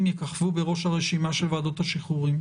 יככבו בראש הרשימה של ועדות השחרורים.